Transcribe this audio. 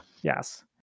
Yes